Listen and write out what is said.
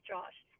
Josh